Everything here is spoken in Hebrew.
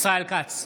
ישראל כץ,